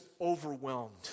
overwhelmed